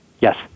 Yes